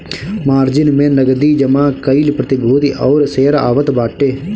margin में नगदी जमा कईल प्रतिभूति और शेयर आवत बाटे